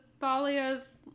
Thalia's